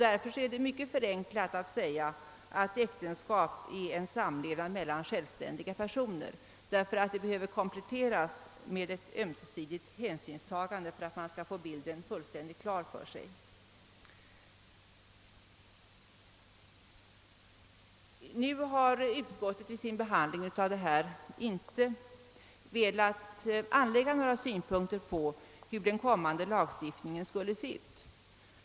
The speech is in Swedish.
Därför är det mycket förenklat att säga att äktenskapet är en samlevnad mellan självständiga personer, Det är nödvändigt att även nämna vikten av ett ömsesidigt hänsynstagande för att bilden skall bli fullständigt klar. Utskottet har i sin behandling av dessa spörsmål inte velat anlägga några synpunkter på hur den kommande lagstiftningen skall se ut.